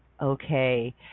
Okay